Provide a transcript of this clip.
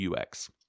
UX